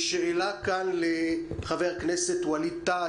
שאלה כאן לחבר הכנסת ווליד טאהא,